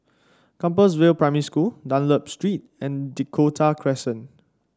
Compassvale Primary School Dunlop Street and Dakota Crescent